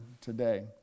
today